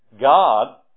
God